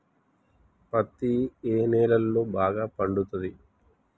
పత్తి ఏ నేలల్లో బాగా పండుతది?